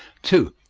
two.